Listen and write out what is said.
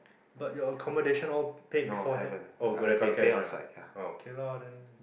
but your accommodation all paid beforehand oh go there pay cash ah oh okay ah